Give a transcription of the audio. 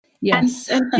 Yes